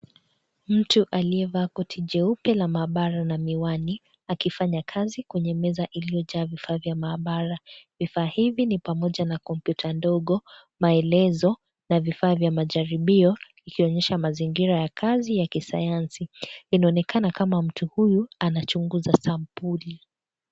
Mtu aliyevaa koti jeupe la maabara na miwani, akifanya kazi kwenye meza iliyojaa vifaa vya maabara. Vifaa hivi ni pamoja na kompyuta ndogo, maelezo na vifaa vya majaribio, ikionyesha mazingira ya kazi ya kisayansi. Inaonekana kama mtu huyu anachunguza sampuli.